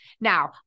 Now